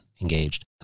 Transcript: engaged